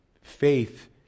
Faith